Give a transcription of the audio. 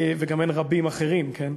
וגם אין רבים אחרים, כן?